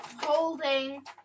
holding